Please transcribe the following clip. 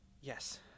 yes